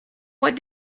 what